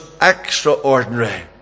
extraordinary